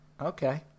Okay